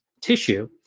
tissue